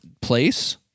place